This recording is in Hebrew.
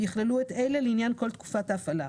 ויכללו את אלה, לעניין כל תקפת ההפעלה: